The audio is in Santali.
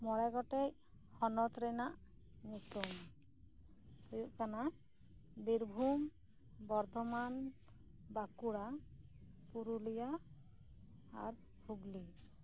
ᱢᱚᱸᱬᱮ ᱜᱚᱴᱮᱡ ᱦᱚᱱᱚᱛ ᱨᱮᱱᱟᱜ ᱧᱩᱛᱩᱢ ᱦᱩᱭᱩᱜ ᱠᱟᱱᱟ ᱵᱤᱨᱵᱷᱩᱢ ᱵᱚᱨᱫᱷᱚᱢᱟᱱ ᱵᱟᱠᱩᱲᱟ ᱯᱩᱨᱩᱞᱤᱭᱟ ᱟᱨ ᱦᱩᱜᱞᱤ